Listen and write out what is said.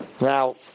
Now